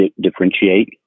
differentiate